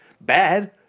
bad